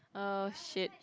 !oh-shit!